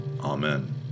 Amen